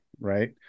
right